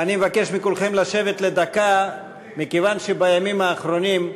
אבקש מכולכם לשבת לדקה, מכיוון שבימים האחרונים,